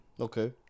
Okay